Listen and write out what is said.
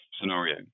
scenario